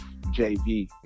JV